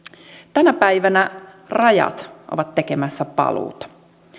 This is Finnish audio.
tänä päivänä rajat ovat tekemässä paluuta